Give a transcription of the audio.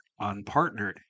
unpartnered